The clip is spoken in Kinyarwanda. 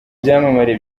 byamamare